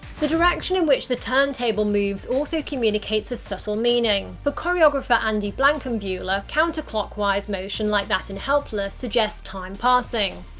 the direction in which the turntable moves also communicates a subtle meaning. for choreographer andy blankenbuehler, counter-clockwise motion like that in helpless suggests time passing.